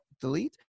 delete